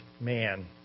man